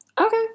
Okay